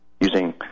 using